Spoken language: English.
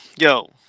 yo